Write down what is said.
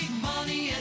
money